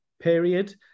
period